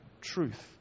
truth